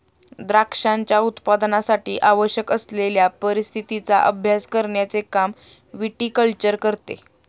द्राक्षांच्या उत्पादनासाठी आवश्यक असलेल्या परिस्थितीचा अभ्यास करण्याचे काम विटीकल्चर करते